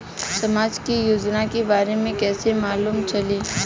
समाज के योजना के बारे में कैसे मालूम चली?